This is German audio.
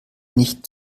nicht